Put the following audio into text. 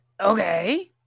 okay